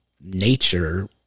nature